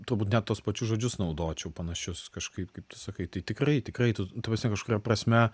turbūt net tuos pačius žodžius naudočiau panašius kažkaip kaip tu sakai tai tikrai tikrai tu ta prasme kažkuria prasme